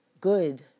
good